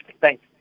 Thanks